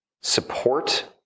support